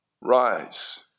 rise